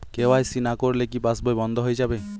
KYC না করলে কি পাশবই বন্ধ হয়ে যাবে?